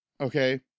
Okay